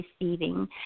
receiving